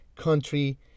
country